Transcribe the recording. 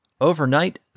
Overnight